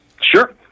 Sure